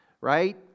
right